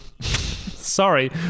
Sorry